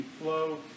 flow